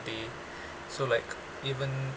day so like even